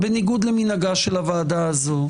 בניגוד למנהג הוועדה הזו,